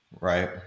right